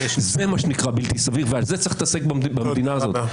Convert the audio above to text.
זה מה שנקרא בלתי סביר ובזה יש להתעסק במדינה הזו.